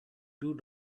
two